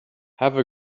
have